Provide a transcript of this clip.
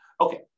Okay